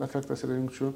efektas yra jungčių